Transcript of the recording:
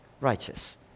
righteous